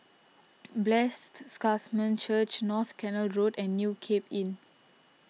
Blessed Sacrament Church North Canal Road and New Cape Inn